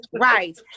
Right